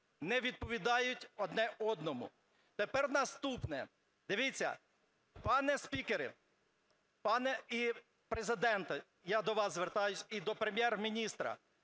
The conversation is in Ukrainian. не відповідають одне одному. Тепер наступне. Дивіться, пане спікере, пане Президенте, я до вас звертаюсь, і до Прем'єр-міністра.